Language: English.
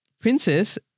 princess